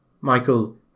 Michael